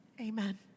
Amen